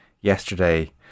yesterday